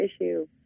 issue